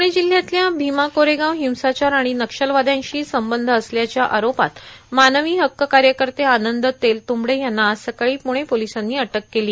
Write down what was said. प्णे जिल्ह्यातल्या भीमा कोरेगाव हिंसाचार आर्गण नक्षलवादयांशी संबंध असल्याच्या आरोपात मानवी हक्क कायकत आनंद तेलतुंबडे यांना आज सकाळी पुणे पोोलसांनी अटक केली